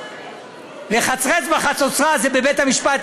לחצרץ בחצוצרה זה בבית-המשפט,